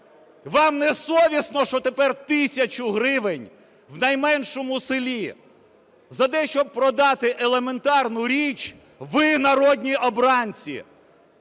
Вам не совісно, що тепер тисячу гривень в найменшому селі за те, щоб продати елементарну річ, ви, народні обранці